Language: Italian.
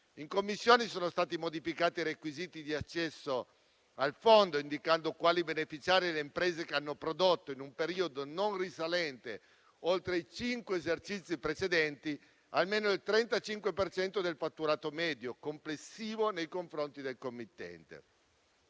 In Commissione sono stati modificati i requisiti di accesso al fondo indicando quali beneficiari le imprese che hanno prodotto, in un periodo non risalente oltre i cinque esercizi precedenti, almeno il 35 per cento del fatturato medio complessivo nei confronti del committente.